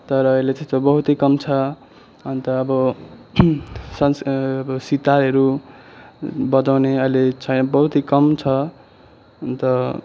तर अहिले त्यो त बहुतै कम छ अन्त अब संस अब सितारहरू बजाउने अहिले छ बहुतै कम छ अन्त